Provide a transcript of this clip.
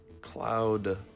Cloud